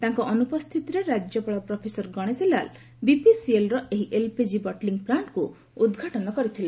ତାଙ୍କ ଅନୁପସ୍ଥିତିରେ ରାଜ୍ୟପାଳ ପ୍ରଫେସର ଗଣେଶିଲାଲ ବିପିସିଏଲ୍ର ଏହି ଏଲ୍ପିଜି ବଟଲିଂ ପ୍ଲାଷ୍ଟକୁ ଉଦ୍ଘାଟନ କରିଥିଲେ